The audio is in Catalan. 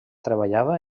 treballava